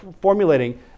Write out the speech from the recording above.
formulating